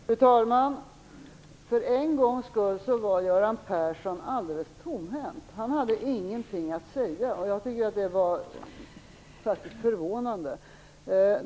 Fru talman! För en gångs skull var Göran Persson alldeles tomhänt. Han hade ingenting att säga. Det var förvånande.